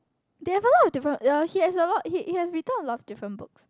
they have a lot of different yea he has a lot he he has written a lot of different books